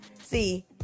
See